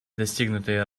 достигнутые